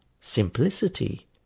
simplicity